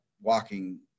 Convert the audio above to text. walking